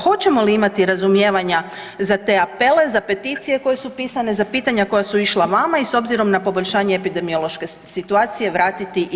Hoćemo li imati razumijevanja za te apele, za peticije koje su pisane, za pitanja koja su išla vama i s obzirom na poboljšanje epidemiološke situacije vratiti i vlakove?